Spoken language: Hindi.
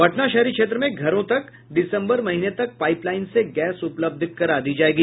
पटना शहरी क्षेत्र में घरों तक दिसम्बर महीने तक पाईप लाईन से गैस उपलब्ध करा दिया जायेगा